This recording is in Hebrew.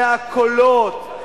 מהקולות,